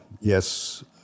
yes